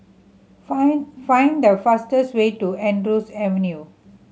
find find the fastest way to Andrews Avenue